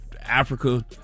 africa